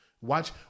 Watch